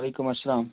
وعلیکُم اسلام